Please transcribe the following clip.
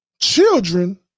children